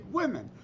women